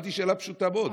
שאלתי שאלה פשוטה מאוד.